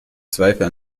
zweifel